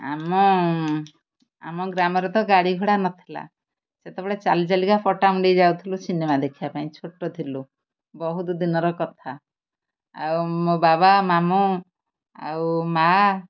ଆମ ଆମ ଗ୍ରାମରେ ତ ଗାଡ଼ି ଘୋଡ଼ା ନଥିଲା ସେତେବେଳେ ଚାଲି ଚାଲିକା ପଟାମୁଣ୍ଡେଇ ଯାଉଥିଲୁ ସିନେମା ଦେଖିବା ପାଇଁ ଛୋଟ ଥିଲୁ ବହୁତ ଦିନର କଥା ଆଉ ମୋ ବାବା ମାମୁଁ ଆଉ ମାଆ